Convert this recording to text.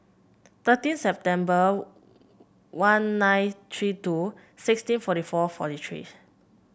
thirteen September one nine three two sixteen forty four forty three